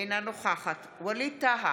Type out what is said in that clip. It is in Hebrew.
אינה נוכחת ווליד טאהא,